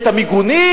את המיגונים,